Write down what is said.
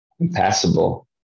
impassable